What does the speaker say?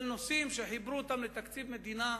של נושאים שחיברו אותם לתקציב מדינה,